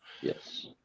yes